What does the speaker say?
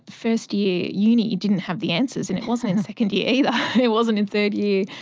first-year uni didn't have the answers and it wasn't in second-year either, it wasn't in third-year,